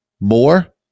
more